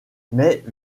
mais